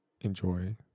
enjoy